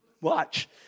watch